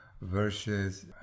versus